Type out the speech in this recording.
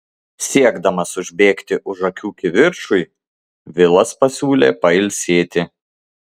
siekdamas užbėgti už akių kivirčui vilas pasiūlė pailsėti